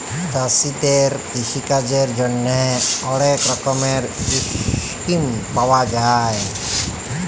চাষীদের কিষিকাজের জ্যনহে অলেক রকমের ইসকিম পাউয়া যায়